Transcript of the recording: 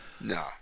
No